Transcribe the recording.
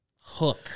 Hook